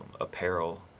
apparel